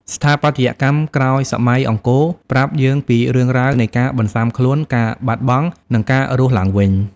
ស្ថាបត្យកម្មក្រោយសម័យអង្គរប្រាប់យើងពីរឿងរ៉ាវនៃការបន្សាំខ្លួន ការបាត់បង់ និងការរស់ឡើងវិញ។